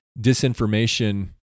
disinformation